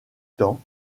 temps